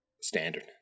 Standard